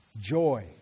joy